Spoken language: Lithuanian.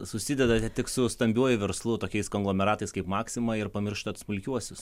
susidedate tik su stambiuoju verslu tokiais konglomeratais kaip maxima ir pamirštat smulkiuosius